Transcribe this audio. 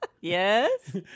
Yes